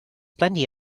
plenty